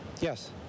Yes